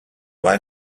why